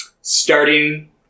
Starting